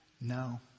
no